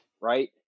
right